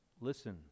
Listen